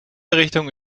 richtungen